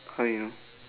how do you know